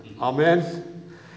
Amen